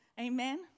Amen